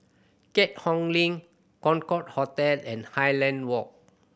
Keat Hong Link Concorde Hotel and Highland Walk